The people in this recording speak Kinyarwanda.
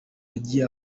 yagiye